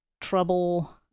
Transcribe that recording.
trouble